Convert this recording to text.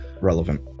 relevant